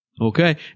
Okay